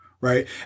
Right